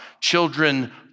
Children